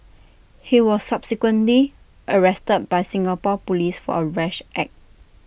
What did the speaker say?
he was subsequently arrested by Singapore Police for A rash act